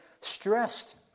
stressed